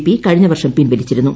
P കഴിഞ്ഞ വർഷം പിൻവലിച്ചിരുന്നു